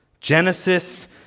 Genesis